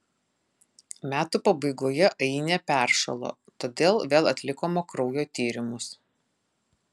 metų pabaigoje ainė peršalo todėl vėl atlikome kraujo tyrimus